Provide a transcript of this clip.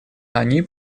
они